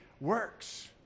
works